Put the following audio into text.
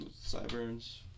sideburns